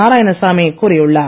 நாராயணசாமி கூறியுள்ளார்